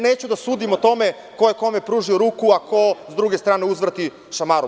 Neću da sudim o tome ko je kome pružio ruku, a ko s druge strane uzvrati šamarom.